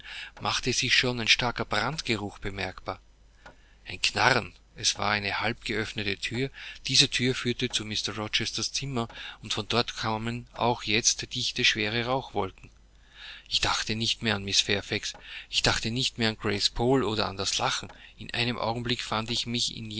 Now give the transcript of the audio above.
machte sich schon ein starker brandgeruch bemerkbar ein knarren es war eine halbgeöffnete thür diese thür führte zu mr rochesters zimmer und von dort kamen auch jetzt dichte schwere rauchwolken ich dachte nicht mehr an mrs fairfax ich dachte nicht mehr an grace poole oder an das lachen in einem augenblick befand ich mich